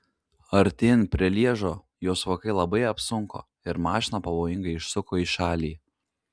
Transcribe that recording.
artėjant prie lježo jos vokai labai apsunko ir mašina pavojingai išsuko į šalį